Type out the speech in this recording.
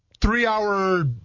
three-hour